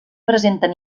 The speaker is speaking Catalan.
presenten